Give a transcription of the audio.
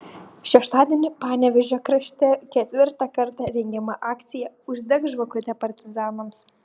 šeštadienį panevėžio krašte ketvirtą kartą rengiama akcija uždek žvakutę partizanams